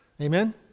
Amen